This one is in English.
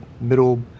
middle